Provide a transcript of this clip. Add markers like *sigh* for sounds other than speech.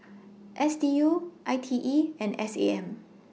*noise* S D U I T E and S A M